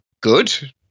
Good